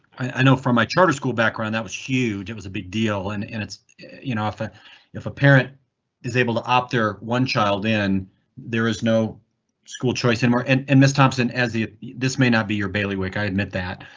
i know from my charter school background that was huge. it was a big deal and and it's you know if ah if a parent is able to opt their one child in there is no school choice in moran and miss thompson as the this may not be your bailiwick. i admit that.